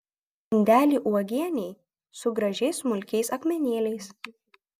indelį uogienei su gražiais smulkiais akmenėliais